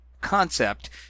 concept